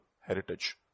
heritage